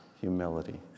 humility